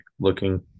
looking